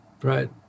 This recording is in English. right